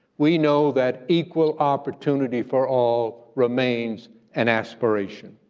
we know that equal opportunity for all remains an aspiration.